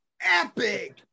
epic